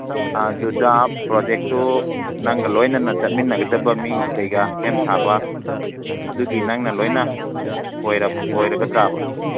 ꯑꯗꯨꯗ ꯄ꯭ꯔꯣꯖꯦꯛꯇꯨ ꯅꯪꯒ ꯂꯣꯏꯅꯅ ꯆꯠꯃꯤꯟꯅꯒꯗꯕ ꯃꯤ ꯀꯩꯀꯥ ꯁꯦꯝ ꯁꯥꯕ ꯑꯗꯨꯒꯤ ꯅꯪꯅ ꯂꯣꯏꯅ ꯑꯣꯏꯔꯒꯗ꯭ꯔꯥꯕ